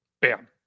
bam